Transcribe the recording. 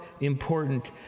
important